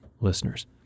listeners